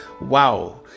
Wow